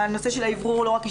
היא לא תהיה מסוגלת